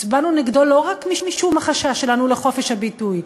הצבענו נגדו לא רק משום החשש שלנו לחופש הביטוי,